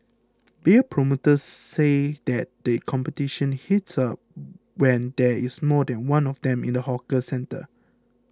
beer promoters say that the competition heats up when there is more than one of them in the hawker centre